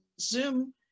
zoom